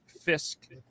fisk